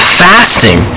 fasting